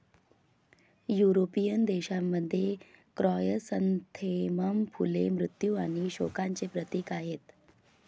European देशांमध्ये, chrysanthemum फुले मृत्यू आणि शोकांचे प्रतीक आहेत